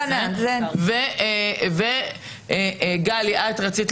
גלי, רצית להביא לנו משהו של תיקון מקרקעין.